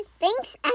thanks